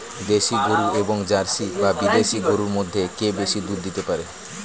দেশী গরু এবং জার্সি বা বিদেশি গরু মধ্যে কে বেশি দুধ দিতে পারে?